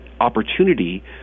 opportunity